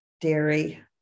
dairy